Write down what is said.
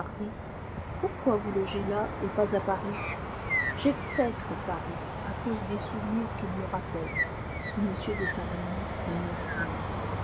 pourquoi vous loger là et pas à paris j'exècre paris à cause des souvenirs qu'il me rappelle dit m de saint-remy d'un air sombre